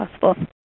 possible